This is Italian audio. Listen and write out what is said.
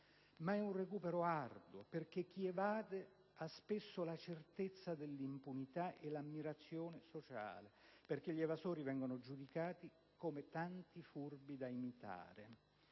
Ma è un recupero arduo perché chi evade ha spesso la certezza dell'impunità e l'ammirazione sociale, perché gli evasori vengono giudicati come tanti furbi da imitare.